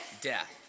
death